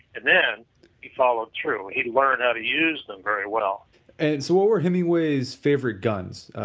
and then he followed through. he learned how to use them very well and so, what were hemingway's favorite guns